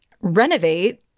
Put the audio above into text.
renovate